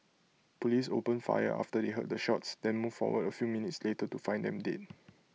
Police opened fire after they heard the shots then moved forward A few minutes later to find them dead